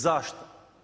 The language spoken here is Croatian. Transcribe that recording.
Zašto?